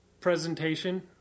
presentation